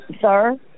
Sir